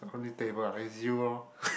only table ah is you lor